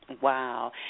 Wow